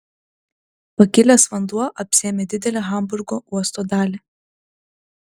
pakilęs vanduo apsėmė didelę hamburgo uosto dalį